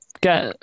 get